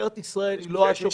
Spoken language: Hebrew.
משטרת ישראל היא לא השופט.